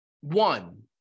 One